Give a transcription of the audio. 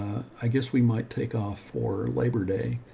i guess we might take off for labor day,